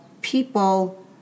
people